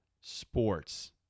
sports